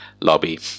lobby